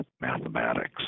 mathematics